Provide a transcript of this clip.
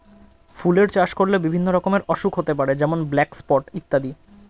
ফুলের চাষ করলে বিভিন্ন রকমের অসুখ হতে পারে যেমন ব্ল্যাক স্পট ইত্যাদি